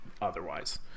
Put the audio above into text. otherwise